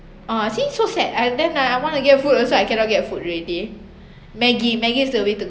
uh see so sad and then ah I wanna get food also I cannot get food already maggi maggi is the way to